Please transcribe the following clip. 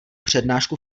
přednášku